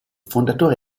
fondatore